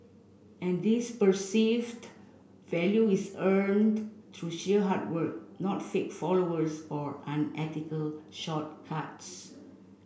and this perceived value is earned through sheer hard work not fake followers or unethical shortcuts